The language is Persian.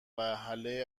وهله